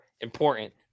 important